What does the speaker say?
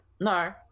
No